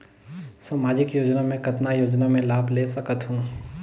समाजिक योजना मे कतना योजना मे लाभ ले सकत हूं?